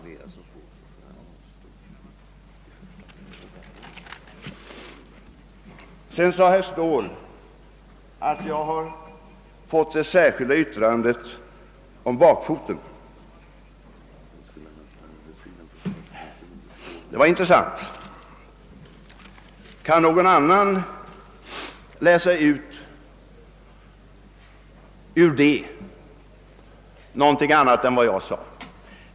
Vidare sade herr Ståhl att jag hade fått det särskilda yttrandet om bakfoten. Det var intressant. Kan någon annan ur det yttrandet läsa ut något annat än vad jag sade?